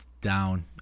down